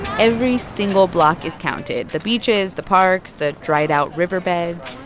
every single block is counted the beaches, the parks, the dried-out riverbeds.